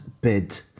bid